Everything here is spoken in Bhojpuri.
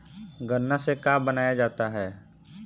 गान्ना से का बनाया जाता है?